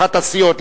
אחת הסיעות,